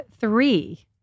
three